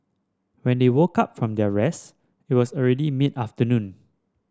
when they woke up from their rest it was already mid afternoon